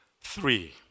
Three